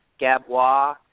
Gabois